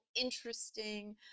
interesting